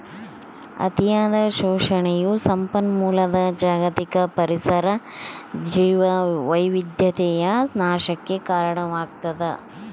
ಅತಿಯಾದ ಶೋಷಣೆಯು ಸಂಪನ್ಮೂಲದ ಜಾಗತಿಕ ಪರಿಸರ ಜೀವವೈವಿಧ್ಯತೆಯ ನಾಶಕ್ಕೆ ಕಾರಣವಾಗ್ತದ